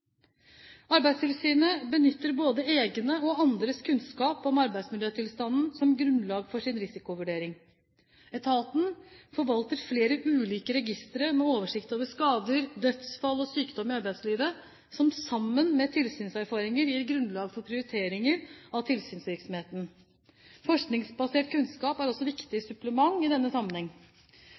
Arbeidstilsynet benytter både egne og andres kunnskap om arbeidsmiljøtilstanden som grunnlag for sin risikovurdering. Etaten forvalter flere ulike registre med oversikt over skader, dødsfall og sykdom i arbeidslivet, som sammen med tilsynserfaringer gir grunnlag for prioritering av tilsynsvirksomheten. Forskningsbasert kunnskap er også viktige supplement i denne